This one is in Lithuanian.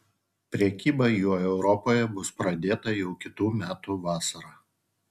prekyba juo europoje bus pradėta jau kitų metų vasarą